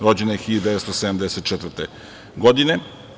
Rođena je 1974. godine.